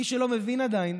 מי שלא מבין עדיין